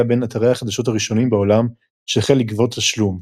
היה בין אתרי החדשות הראשונים בעולם שהחל לגבות תשלום.